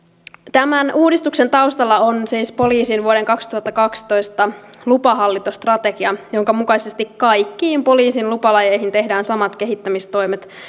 tämän uudistuksen taustalla on siis poliisin vuoden kaksituhattakaksitoista lupahallintostrategia jonka mukaisesti kaikkiin poliisin lupalajeihin tehdään samat kehittämistoimet